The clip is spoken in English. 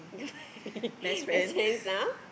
I sense now